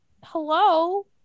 hello